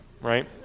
right